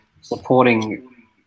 supporting